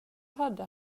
hade